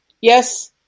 Yes